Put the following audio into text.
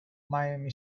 miami